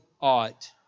ought